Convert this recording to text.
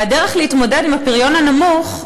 והדרך להתמודד עם הפריון הנמוך,